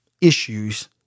issues